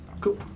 Cool